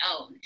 own